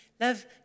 love